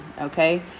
okay